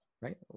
right